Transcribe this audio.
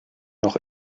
noch